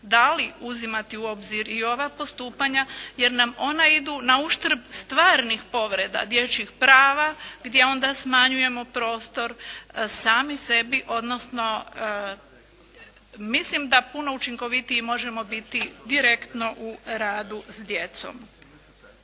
da li uzimati u obzir i ova postupanja jer nam ona idu na uštrb stvarnih povreda dječjih prava, gdje onda smanjujemo prostor sami sebi, odnosno mislim da puno učinkovitiji možemo biti direktno u radu s djecom.